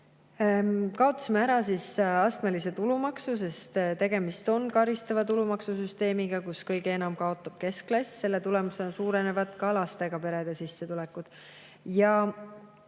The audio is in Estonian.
Kaotasime ära astmelise tulumaksu, sest tegemist on karistava tulumaksusüsteemiga, millega kõige enam kaotab keskklass. Selle tulemusena suurenevad ka lastega perede sissetulekud.